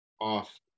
off